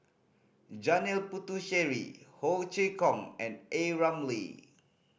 Janil Puthucheary Ho Chee Kong and A Ramli